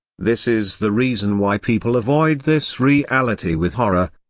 this is the reason why people avoid this reality with horror.